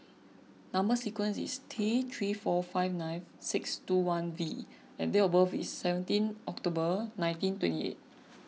Number Sequence is T three four five nine six two one V and date of birth is seventeen October nineteen twenty eight